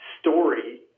story